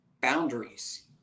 Boundaries